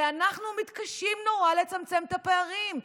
ואנחנו מתקשים נורא לצמצם את הפערים.